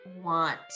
want